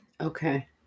Okay